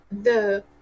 The-